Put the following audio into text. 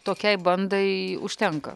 tokiai bandai užtenka